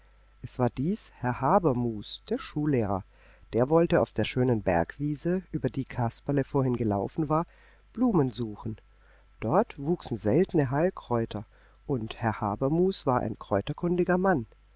es war dies herr habermus der schullehrer der wollte auf der schönen bergwiese über die kasperle vorher gelaufen war blumen suchen dort wuchsen seltene heilkräuter und herr habermus war ein kräuterkundiger mann